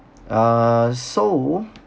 err so